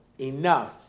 enough